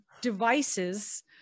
devices